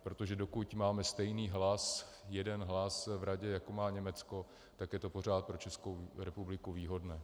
Protože dokud máme stejný hlas, jeden hlas v Radě, jako má Německo, tak je to pořád pro Českou republiku výhodné.